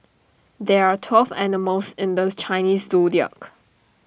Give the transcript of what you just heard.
there are twelve animals in the Chinese Zodiac